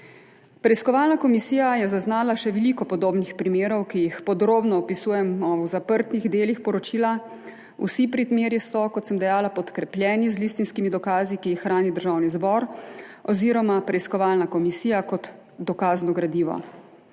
Preiskovalna komisija je zaznala še veliko podobnih primerov, ki jih podrobno opisujemo v zaprtih delih poročila. Vsi primeri so, kot sem dejala, podkrepljeni z listinskimi dokazi, ki jih hrani Državni zbor oziroma preiskovalna komisija kot dokazno gradivo.